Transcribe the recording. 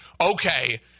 okay